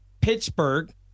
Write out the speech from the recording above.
Pittsburgh